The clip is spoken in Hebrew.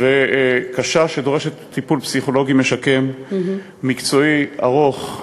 שדורשת טיפול פסיכולוגי משקם, מקצועי, ארוך,